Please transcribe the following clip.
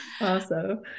Awesome